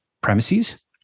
premises